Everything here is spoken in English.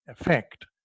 effect